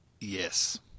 Yes